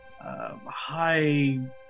High